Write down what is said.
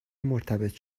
مرتبط